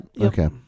Okay